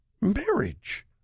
marriage